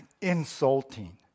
insulting